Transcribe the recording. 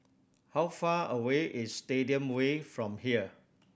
how far away is Stadium Way from here